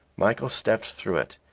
michael stepped through it,